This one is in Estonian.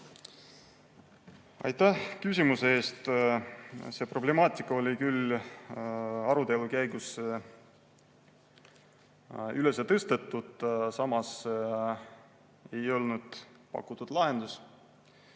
Aitäh küsimuse eest! See problemaatika oli küll arutelu käigus üles tõstetud, samas ei pakutud lahendust.